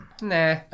Nah